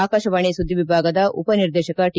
ಆಕಾಶವಾಣಿ ಸುದ್ದಿ ವಿಭಾಗದ ಉಪ ನಿರ್ದೇಶಕ ಟಿ